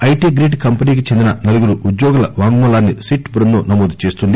IT grid కంపెనీకి చెందిన నలుగురు ఉద్యోగుల వాంగ్మూలాన్ని సిట్ బృందం నమోదు చేస్తుంది